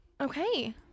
Okay